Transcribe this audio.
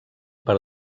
per